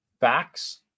facts